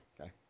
Okay